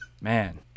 Man